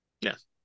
Yes